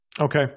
Okay